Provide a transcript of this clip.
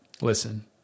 Listen